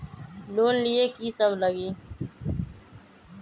Loan लिए की सब लगी?